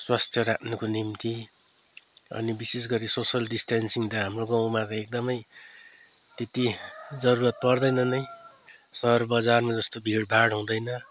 स्वास्थ्य राख्नुको निम्ति अनि विशेषगरी सोसल डिस्टेन्सिङ त हाम्रो गाउँमा त एकदमै त्यति जरुत पर्दैन नै सहर बजारमा जस्तो भिडभाड हुँदैन